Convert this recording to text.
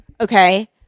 Okay